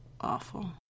awful